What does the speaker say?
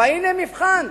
אבל הנה מבחן.